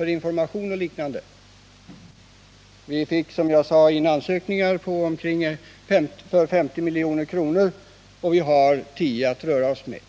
information och liknande. Vi har i nämnden, som jag sade i mitt huvudanförande, fått in ansökningar om bidrag på 50 milj.kr., och vi har 10 milj.kr. att röra oss med.